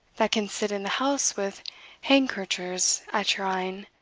that can sit in the house with handkerchers at your een,